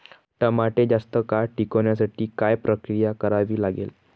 टमाटे जास्त काळ टिकवण्यासाठी काय प्रक्रिया करावी लागेल?